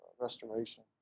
restoration